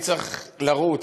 אני צריך לרוץ,